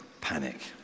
panic